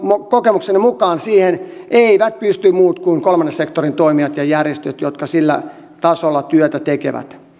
kokemukseni mukaan siihen eivät pysty muut kuin kolmannen sektorin toimijat ja järjestöt jotka sillä tasolla työtä tekevät ja ero